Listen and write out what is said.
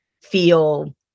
feel